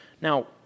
Now